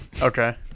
Okay